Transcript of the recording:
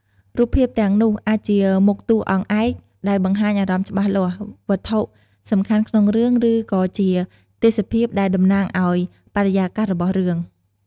រូបភាពទាំងនោះអាចជាមុខតួអង្គឯកដែលបង្ហាញអារម្មណ៍ច្បាស់លាស់ វត្ថុសំខាន់ក្នុងរឿង ឬក៏ជាទេសភាពដែលតំណាងឱ្យបរិយាកាសរបស់រឿង ។